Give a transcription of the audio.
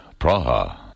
Praha